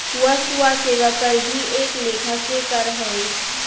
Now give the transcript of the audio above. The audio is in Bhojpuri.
वस्तु आ सेवा कर भी एक लेखा के कर हवे